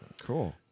Cool